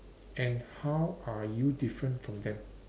and how are you different from them